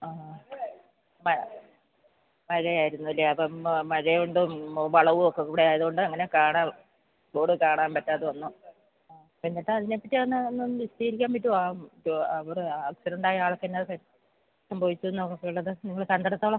ആണോ മഴ മഴ ആയിരുന്നല്ലേ അപ്പം മഴ കൊണ്ടും ഓ വളവു ഒക്കെ കൂടെ ആയതുകൊണ്ട് അങ്ങനെ കാണാൻ ബോർഡ് കാണാൻ പറ്റാതെ വന്നു ആ എന്നിട്ടതിനെ പറ്റി ഒന്ന് ഒന്ന് വിശദീകരിക്കാൻ പറ്റുമോ അവർ ആക്സിഡൻ്റ ആയ ആൾക്ക് എന്താണ് സംഭവിച്ചത് എന്ന് ഉള്ളത് നിങ്ങൾ കണ്ടിടത്തോളം